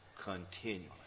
continually